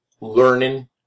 learning